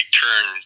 turn